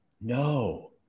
No